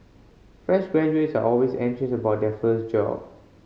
fresh graduates are always anxious about their first job